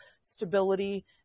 stability